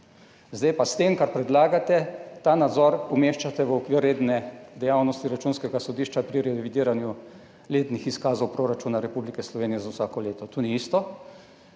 Zdaj pa s tem, kar predlagate, ta nadzor umeščate v okvir redne dejavnosti Računskega sodišča pri revidiranju letnih izkazov proračuna Republike Slovenije za vsako leto. To ni isto.